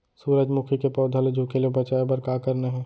सूरजमुखी के पौधा ला झुके ले बचाए बर का करना हे?